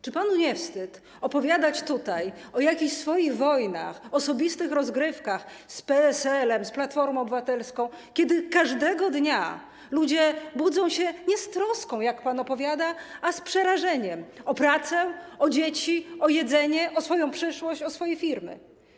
Czy panu nie wstyd opowiadać tutaj o jakichś swoich wojnach, osobistych rozgrywkach z PSL-em, z Platformą Obywatelską, kiedy każdego dnia ludzie budzą się nie z troską, jak pan opowiada, ale z przerażeniem - dotyczącym pracy, dzieci, jedzenia, swojej przyszłości, swoich firm?